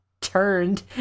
turned